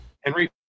Henry